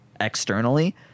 externally